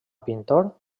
pintor